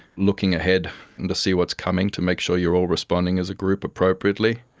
looking ahead and to see what's coming, to make sure you are all responding as a group appropriately,